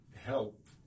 help